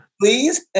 please